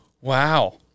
Wow